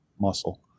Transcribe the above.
muscle